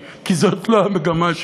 כי זאת לא המגמה שלי,